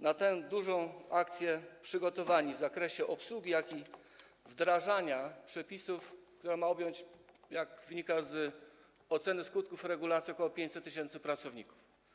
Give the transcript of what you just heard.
na tę dużą akcję przygotowani w zakresie obsługi, jak również wdrażania przepisów, akcję, która ma objąć, jak wynika z oceny skutków regulacji, ok. 500 tys. pracowników?